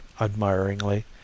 admiringly